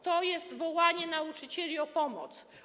To jest wołanie nauczycieli o pomoc.